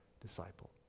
disciple